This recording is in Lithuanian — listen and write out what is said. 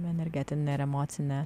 energetinė ir emocinė